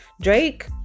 Drake